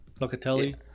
Locatelli